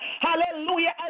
hallelujah